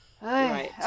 Right